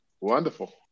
Wonderful